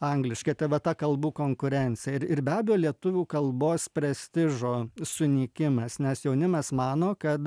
angliškai ta va ta kalbų konkurencija ir ir be abejo lietuvių kalbos prestižo sunykimas nes jaunimas mano kad